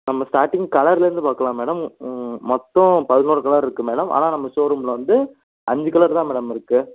நம்ம ஸ்டார்ட்டிங் கலர்லேருந்து பார்க்கலாம் மேடம் ம் மொத்தம் பதினோறு கலர் இருக்கு மேடம் ஆனால் நம்ப ஷோரூம்ல வந்து அஞ்சு கலர் தான் மேடம் இருக்கு